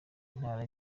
intara